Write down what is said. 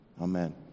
Amen